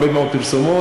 הרבה מאוד פרסומות,